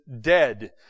dead